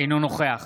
אינו נוכח